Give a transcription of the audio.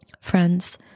Friends